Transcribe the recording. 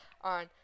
on